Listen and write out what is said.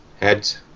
Heads